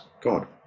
God